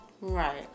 Right